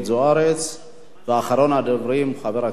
ואחרון הדוברים, חבר הכנסת ג'מאל זחאלקה.